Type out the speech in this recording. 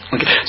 Okay